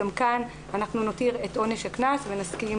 גם כאן אנחנו נותיר את עונש הקנס ונסכים